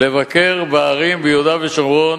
לבקר בערים ביהודה ושומרון,